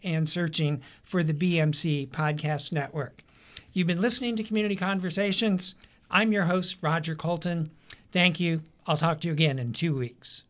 and searching for the b m see pod cast network you've been listening to community conversations i'm your host roger coulton thank you i'll talk to you again in two weeks